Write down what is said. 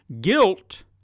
Guilt